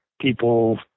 people